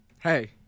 Hey